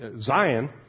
Zion